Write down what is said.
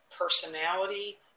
personality